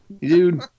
Dude